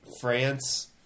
France